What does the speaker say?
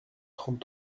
trente